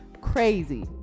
crazy